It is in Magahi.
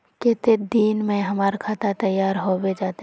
केते दिन में हमर खाता तैयार होबे जते?